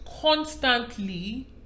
Constantly